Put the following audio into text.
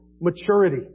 maturity